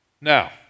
Now